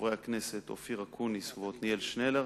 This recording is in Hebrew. בחברי הכנסת אופיר אקוניס ועתניאל שנלר